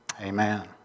amen